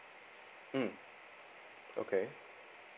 mm okay